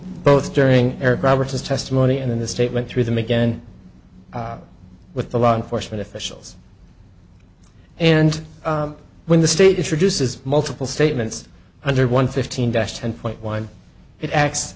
both during eric roberts his testimony and then the statement through them again with the law enforcement officials and when the state introduces multiple statements under one fifteen dash ten point one it acts